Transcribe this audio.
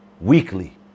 weekly